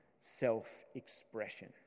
self-expression